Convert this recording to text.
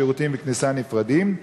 שירותים וכניסה נפרדים,